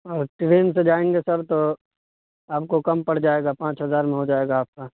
اور ٹرین سے جائیں گے سر تو آپ کو کم پڑ جائے گا پانچ ہزار میں ہو جائے گا آپ کا